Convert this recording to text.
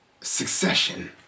succession